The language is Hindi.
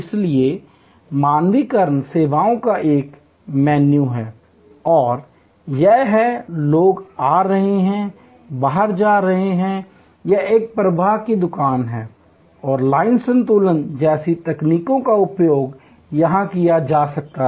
इसलिए मानकीकरण सेवाओं का एक मेनू है और यह है लोग आ रहे हैं या बाहर जा रहे हैं यह एक प्रवाह की दुकान है और लाइन संतुलन जैसी तकनीकों का उपयोग यहां किया जा सकता है